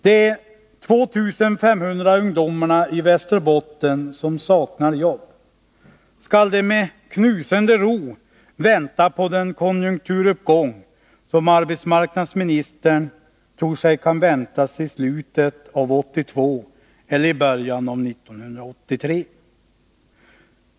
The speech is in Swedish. De 2 500 ungdomarna i Västerbotten som saknar jobb, skall de med knusende ro vänta på den konjunkturuppgång som arbetsmarknadsministern tror kan väntas i slutet av 1982 eller i början av 1983?